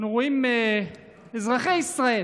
אנחנו רואים אזרחי ישראל